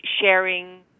sharing